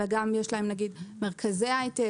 אלא גם יש להן מרכזי היי-טק,